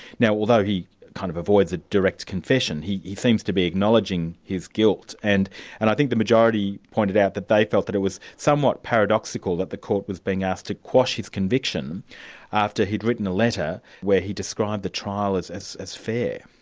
now although he kind of avoids a direct confession, he he seems to be acknowledging his guilt, and and i think the majority pointed out that they felt that it was somewhat paradoxical that the court was being asked to quash his conviction after he'd written a letter where he described the trial as as fair.